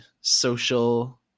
social